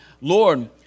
Lord